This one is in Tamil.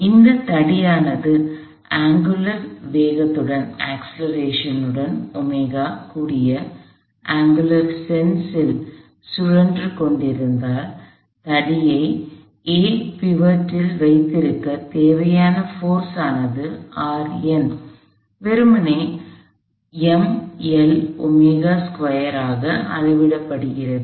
எனவே இந்தத் தடியானது அங்குலார் திசைவேகத்துடன் கூடிய அங்குலார் சென்ஸில் அர்த்தத்தில் சுழன்று கொண்டிருந்தால் தடியை A பிவட் இல் வைத்திருக்கத் தேவையான போர்ஸனது வெறுமனே அக அளவிடப்படுகிறது